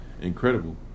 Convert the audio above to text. incredible